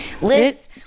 Liz